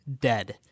dead